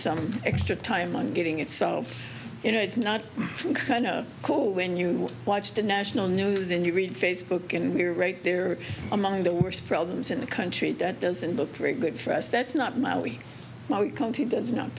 some extra time on getting it so you know it's not cool when you watch the national news and you read facebook and we're right there among the worst problems in the country that doesn't look very good for us that's not my we my country does not